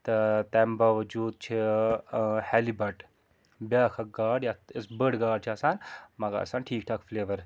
تہٕ تَمہِ باوجوٗد چھِ ہیلہِ بَٹ بیٛاکھ اَکھ گاڈ یَتھ أسۍ بٔڈۍ گاڈ چھِ آسان مگر آسان ٹھیٖک ٹھاکھ فُلیور